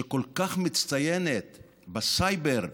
שכל כך מצטיינת בסייבר,